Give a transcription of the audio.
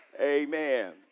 Amen